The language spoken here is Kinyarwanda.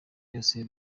yose